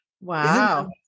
Wow